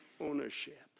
ownership